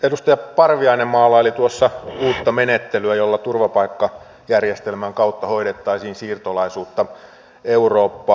edustaja parviainen maalaili tuossa uutta menettelyä jolla turvapaikkajärjestelmän kautta hoidettaisiin siirtolaisuutta eurooppaan